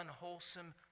unwholesome